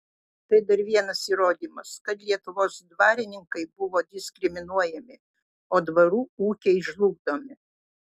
tai dar vienas įrodymas kad lietuvos dvarininkai buvo diskriminuojami o dvarų ūkiai žlugdomi